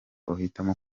uhitamo